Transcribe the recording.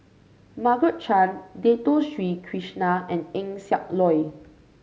Margaret Chan Dato Sri Krishna and Eng Siak Loy